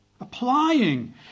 Applying